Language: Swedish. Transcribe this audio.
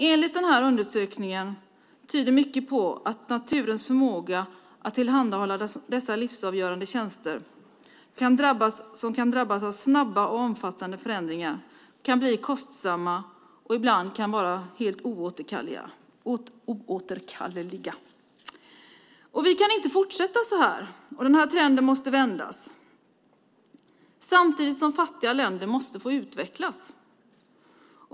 Enligt den här undersökningen tyder mycket på att naturens förmåga att tillhandahålla dessa livsavgörande tjänster kan drabbas av snabba och omfattande förändringar som kan bli kostsamma och ibland kan vara helt oåterkalleliga. Vi kan inte fortsätta så här. Den här trenden måste vändas, samtidigt som fattiga länder måste få utvecklas.